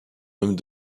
même